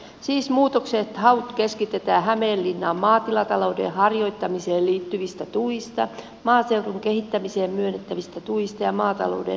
siis muutoksenhaut keskitetään hämeenlinnaan maatilatalouden harjoittamiseen liittyvistä tuista maaseudun kehittämiseen myönnettävistä tuista ja maatalouden rakennetuista